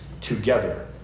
together